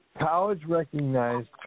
college-recognized